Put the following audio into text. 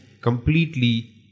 completely